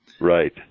Right